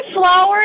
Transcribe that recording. flowers